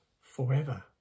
forever